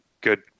good